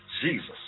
Jesus